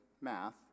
math